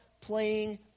playing